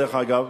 דרך אגב,